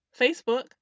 Facebook